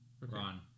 Ron